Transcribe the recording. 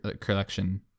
Collection